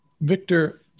Victor